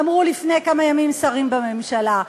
אמרו לפני כמה ימים שרים בממשלה.